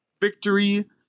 victory